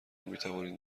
میتوانید